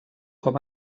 com